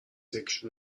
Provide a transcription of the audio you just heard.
یکیشون